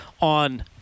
on